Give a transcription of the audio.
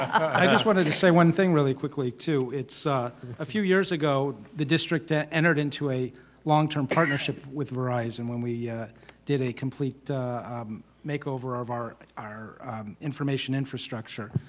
i just wanted to say one thing really quickly, too. it's a a few years ago, the district entered into a long-term partnership with verizon when we did a complete makeover of our our information infrastructure,